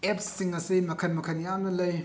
ꯑꯦꯞꯁꯤꯡ ꯑꯁꯤ ꯃꯈꯜ ꯃꯈꯜ ꯌꯥꯝꯅ ꯂꯩ